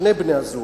שני בני-הזוג,